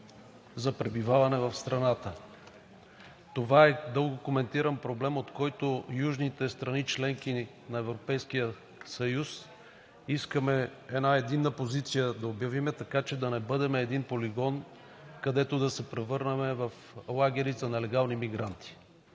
за пребиваване в страната? Това е дълго коментиран проблем, по който южните страни – членки на Европейския съюз, искаме една единна позиция да обявим, така че да не бъдем един полигон, където да се превърнем в лагери за нелегални мигранти.